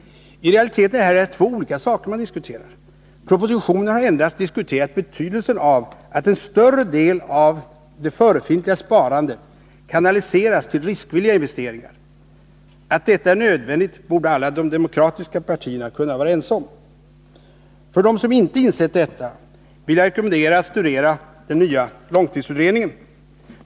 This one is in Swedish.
I realiteten är det här två olika saker man diskuterar. Propositionen har endast diskuterat betydelsen av att en större del av det förefintliga sparandet kanaliseras till riskvilliga investeringar. Att detta är nödvändigt borde alla de demokratiska partierna kunna vara ense om. För dem som inte insett detta vill jag rekommendera en studie av den nya långtidsutredningen.